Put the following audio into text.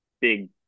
big